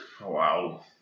Wow